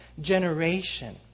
generation